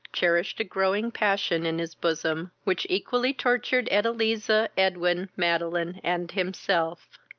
cherished a growing passion in his bosom, which equally tortured edeliza, edwin, madeline, and himself.